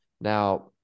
Now